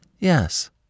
Yes